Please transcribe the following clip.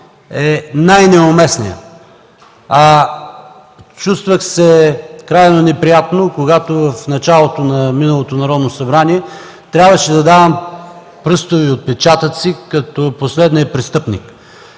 е най-неуместният. Чувствах се крайно неприятно, когато в началото на миналото Народно събрание трябваше да давам пръстови отпечатъци, като последния престъпник.